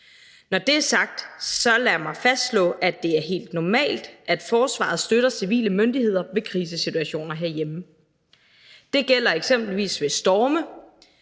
Når det er sagt, så lad mig fastslå, at det er helt normalt, at forsvaret støtter civile myndigheder ved krisesituationer herhjemme. Det gælder eksempelvis ved storme,